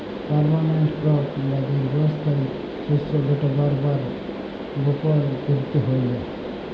permanent crop বা দীঘ্ঘস্থায়ী শস্য যেট বার বার বপল ক্যইরতে হ্যয় লা